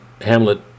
Hamlet